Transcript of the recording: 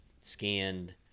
scanned